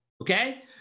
okay